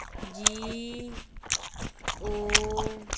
G O